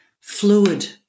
fluid